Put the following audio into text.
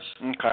Okay